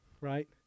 right